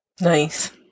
nice